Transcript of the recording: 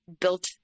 built